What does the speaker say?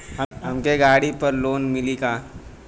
हमके गाड़ी पर लोन मिली का?